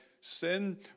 sin